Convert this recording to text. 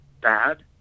bad